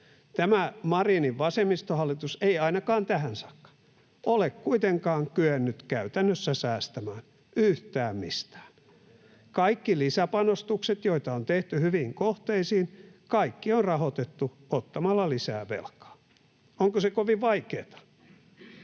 Tämä Marinin vasemmistohallitus ei ainakaan tähän saakka ole kuitenkaan kyennyt käytännössä säästämään yhtään mistään. [Petri Huru: Juuri näin!] Kaikki lisäpanostukset, joita on tehty hyviin kohteisiin, on rahoitettu ottamalla lisää velkaa. Onko se kovin vaikeata?